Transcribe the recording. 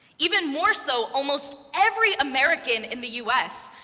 even more so, almost every american in the us,